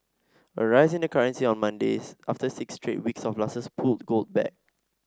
a rise in the currency on Mondays after six straight weeks of losses pulled gold back